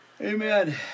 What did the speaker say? amen